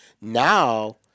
Now